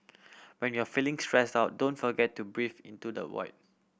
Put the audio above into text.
when you are feeling stressed out don't forget to breathe into the void